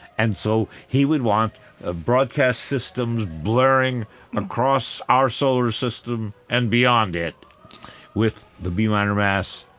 and so he would want ah broadcast systems blaring across our solar system and beyond it with the b minor mass,